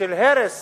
של הרס